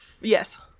Yes